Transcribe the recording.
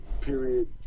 period